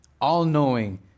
all-knowing